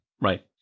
Right